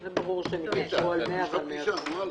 זה כבר החלטה שלכם.